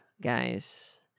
guys